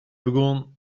begûn